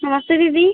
नमस्ते दीदी